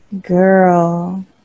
Girl